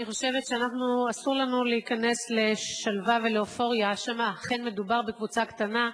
אני חושבת שאסור לנו להיכנס לשלווה ולאופוריה שאכן מדובר בקבוצה קטנה.